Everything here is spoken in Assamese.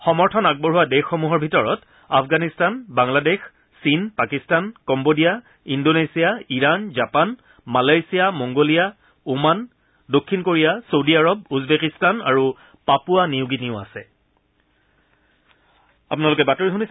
সমৰ্থন আগবঢ়োৱা দেশকেইখনৰ ভিতৰত আফগানিস্তান বাংলাদেশ চীন Pakistan Cambodia Indonesia Iran Japan Malaysia Mongolia Oman দক্ষিণ কোৰিয়া চৌদি আৰৱ উজবেকিস্তান আৰু পাপুৱা নিউগিনিও আছে